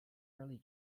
early